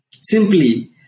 simply